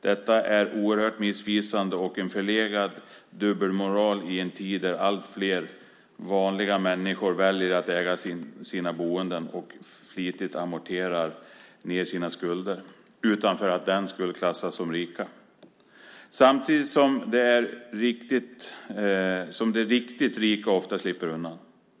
Detta är oerhört missvisande och en förlegad dubbelmoral i en tid när allt fler vanliga människor väljer att äga sitt boende och flitigt amorterar ned sina skulder utan att för den skull kunna klassas som rika, samtidigt som de riktigt rika ofta slipper undan.